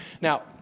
Now